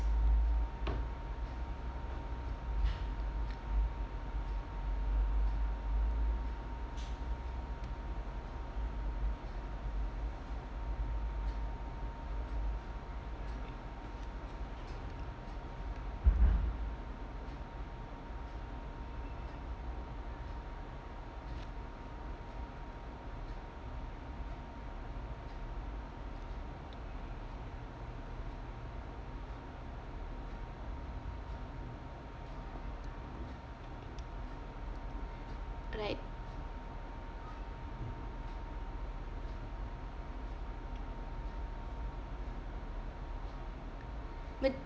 right but